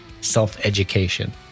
self-education